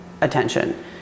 attention